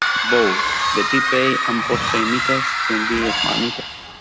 both the pre-paid and post-pay meters can be smart meters.